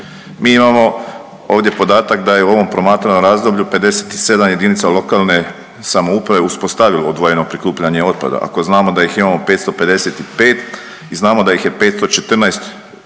Mi imamo ovdje podatak da je u ovom promatranom razdoblju 57 jedinica lokalne samouprave uspostavilo odvojeno prikupljanje otpada, ako znamo da ih imao 555 i znamo da ih je 514 odvojilo